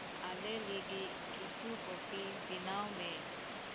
ᱟᱞᱮ ᱞᱟᱹᱜᱤᱫ ᱠᱤᱪᱷᱩ ᱠᱚᱯᱷᱤ ᱵᱮᱱᱟᱣ ᱢᱮ